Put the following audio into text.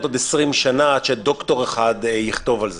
עוד 20 שנה שעד דוקטור אחד יכתוב על זה.